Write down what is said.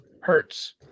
Hertz